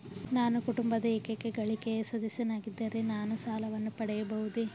ನಾನು ಕುಟುಂಬದ ಏಕೈಕ ಗಳಿಕೆಯ ಸದಸ್ಯನಾಗಿದ್ದರೆ ನಾನು ಸಾಲವನ್ನು ಪಡೆಯಬಹುದೇ?